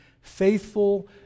faithful